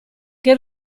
che